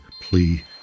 plea